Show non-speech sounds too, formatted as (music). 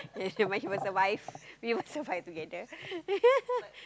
yes she still might she might survive we will survive together (laughs)